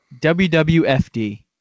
WWFD